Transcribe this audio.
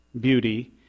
beauty